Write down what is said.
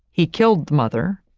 he killed the mother,